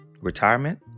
retirement